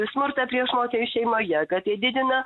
smurtą prieš moteris šeimoje kad tai didina